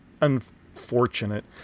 unfortunate